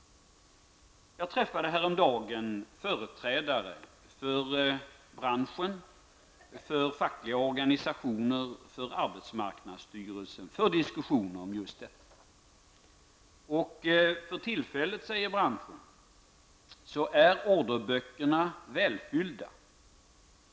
Jag träffade häromdagen företrädare för branschen, för fackliga organisationer och för arbetsmarknadsstyrelsen i diskussioner om just detta. För tillfället, säger branschen, är orderböckerna välfyllda.